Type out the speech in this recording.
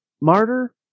Martyr